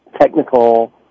technical